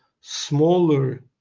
smaller